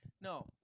No